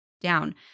down